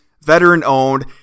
veteran-owned